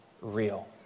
real